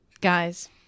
Guys